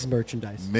Merchandise